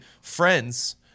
friends